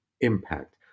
impact